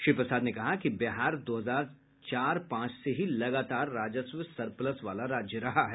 श्री प्रसाद ने कहा कि बिहार दो हजार चार पांच से ही लगातार राजस्व सरप्लस वाला राज्य रहा है